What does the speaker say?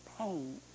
pain